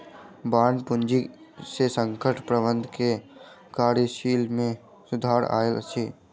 bond पूंजी से संकट प्रबंधन के कार्यशैली में सुधार आयल अछि